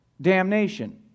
damnation